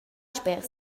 sper